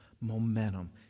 Momentum